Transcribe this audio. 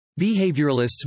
Behavioralists